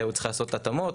הוא צריך לעשות התאמות,